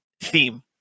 theme